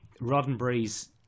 Roddenberry's